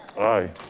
aye,